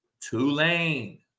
Tulane